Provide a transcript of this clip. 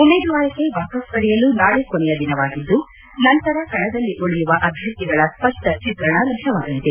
ಉಮೇದುವಾರಿಕೆ ವಾಪಸ್ ಪಡೆಯಲು ನಾಳೆ ಕೊನೆಯ ದಿನವಾಗಿದ್ದು ನಂತರ ಕಣದಲ್ಲಿ ಉಳಿಯುವ ಅಭ್ಯರ್ಥಿಗಳ ಸ್ಪಷ್ಟ ಚಿತ್ರಣ ಲಭ್ಯವಾಗಲಿದೆ